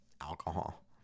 alcohol